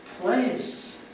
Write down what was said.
place